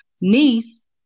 niece